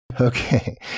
Okay